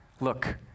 Look